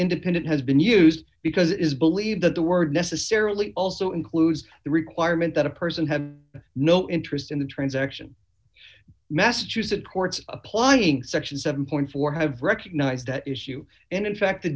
independent has been used because it is believed that the word necessarily also includes the requirement that a person have no interest in the transaction massachusetts courts applying section seven dollars have recognized that issue and in fact the